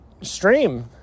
stream